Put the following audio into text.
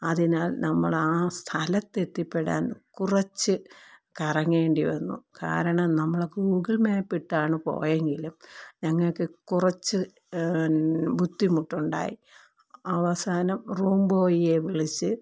അതിനാൽ നമ്മളാ സ്ഥലത്തെത്തിപ്പെടാൻ കുറച്ച് കറങ്ങേണ്ടി വന്നു കാരണം നമ്മുടെ ഗൂഗിൾ മാപ്പിട്ടാണ് പോയെങ്കിലും ഞങ്ങൾക്ക് കുറച്ച് ബുദ്ധിമുട്ടുണ്ടായി അവസാനം റൂം ബോയിയെ വിളിച്ച്